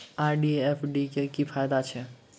RD आ FD क की फायदा छै?